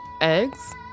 Eggs